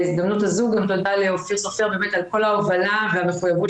בהזדמנות הזאת גם תודה לאופיר סופר על כל ההובלה והמחויבות